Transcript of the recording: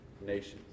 nations